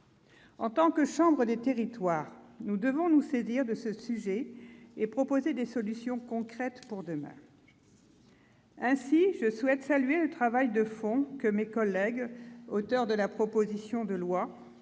En tant que chambre des territoires, le Sénat doit se saisir de ce sujet et proposer des solutions concrètes pour demain. Ainsi, je souhaite saluer le travail de fond que mes collègues auteurs de la proposition de loi